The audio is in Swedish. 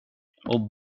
och